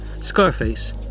Scarface